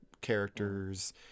characters